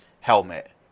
helmet